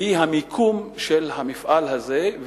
והיא המיקום של המפעל הזה,